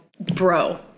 bro